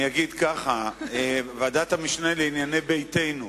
אני אגיד כך: ועדת המשנה לענייני ביתנו.